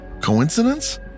Coincidence